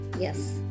Yes